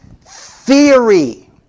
theory